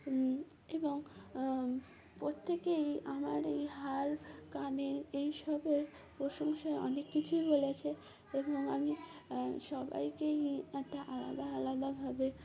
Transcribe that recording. এবং প্রত্যেকেই আমার এই হার কানের এই সবের প্রশংসায় অনেক কিছুই বলেছে এবং আমি সবাইকেই একটা আলাদা আলাদাভাবে